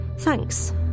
Thanks